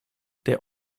der